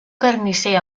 carnisser